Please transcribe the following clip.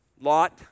Lot